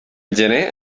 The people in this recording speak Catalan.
gener